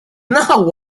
not